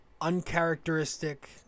uncharacteristic